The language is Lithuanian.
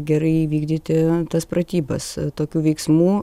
gerai įvykdyti tas pratybas tokių veiksmų